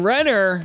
Renner